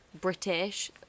British